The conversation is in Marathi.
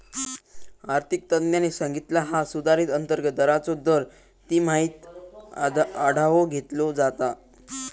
आर्थिक तज्ञांनी सांगितला हा सुधारित अंतर्गत दराचो दर तिमाहीत आढावो घेतलो जाता